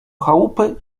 chałupy